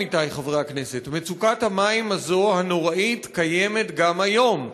עמיתי חברי הכנסת: מצוקת המים הנוראית הזאת קיימת גם היום.